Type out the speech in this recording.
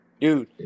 Dude